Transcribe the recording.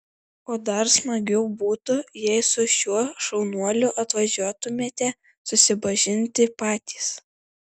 o dar smagiau būtų jei su šiuo šaunuoliu atvažiuotumėte susipažinti patys